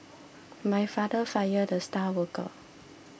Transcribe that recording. my father fired the star worker